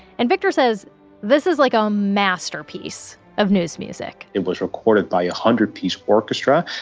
and victor says this is like a masterpiece of news music it was recorded by a hundred piece orchestra.